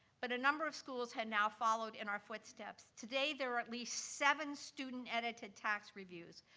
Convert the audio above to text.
but a number of schools have now followed in our footsteps. today, there are at least seven student-edited tax reviews,